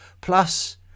Plus